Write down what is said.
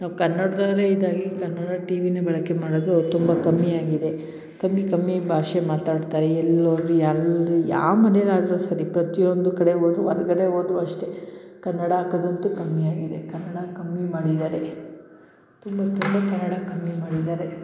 ನಾವು ಕನ್ನಡದವ್ರೆ ಇದಾಗಿ ಕನ್ನಡ ಟೀ ವಿನೆ ಬಳಕೆ ಮಾಡೋದು ತುಂಬ ಕಮ್ಮಿ ಆಗಿದೆ ಕಮ್ಮಿ ಕಮ್ಮಿ ಭಾಷೆ ಮಾತಾಡ್ತಾರೆ ಎಲ್ಲಿ ಹೋದ್ರು ಎಲ್ಲಿ ಯಾವ ಮನೇಲಾದರೂ ಸರಿ ಪ್ರತಿಯೊಂದು ಕಡೆ ಹೋದ್ರು ಹೊರ್ಗಡೆ ಹೋದ್ರು ಅಷ್ಟೇ ಕನ್ನಡ ಹಾಕದಂತು ಕಮ್ಮಿ ಆಗಿದೆ ಕನ್ನಡ ಕಮ್ಮಿ ಮಾಡಿದ್ದಾರೆ ತುಂಬ ತುಂಬ ಕನ್ನಡ ಕಮ್ಮಿ ಮಾಡಿದ್ದಾರೆ